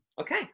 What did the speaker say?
Okay